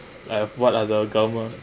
and what are the government